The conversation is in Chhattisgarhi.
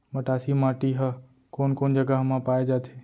मटासी माटी हा कोन कोन जगह मा पाये जाथे?